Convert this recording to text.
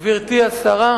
תודה רבה, גברתי השרה,